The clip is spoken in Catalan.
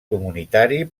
comunitari